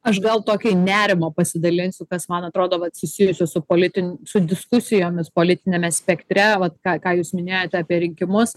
aš gal tokį nerimo pasidalinsiu kas man atrodo vat susijusių su politin su diskusijomis politiniame spektre vat ką ką jūs minėjote apie rinkimus